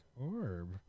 Orb